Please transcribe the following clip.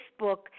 Facebook